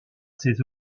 ses